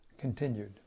continued